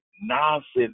nonsense